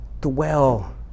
dwell